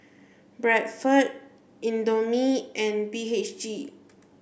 Bradford Indomie and B H G